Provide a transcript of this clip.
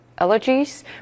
allergies